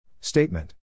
Statement